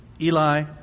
Eli